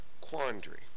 quandary